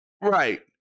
Right